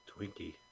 Twinkie